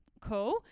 Cool